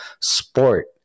sport